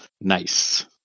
nice